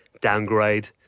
downgrade